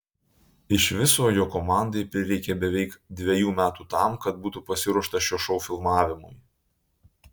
iš viso jo komandai prireikė beveik dviejų metų tam kad būtų pasiruošta šio šou filmavimui